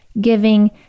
giving